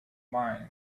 mine